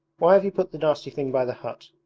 why have you put the nasty thing by the hut